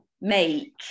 make